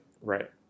Right